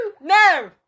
no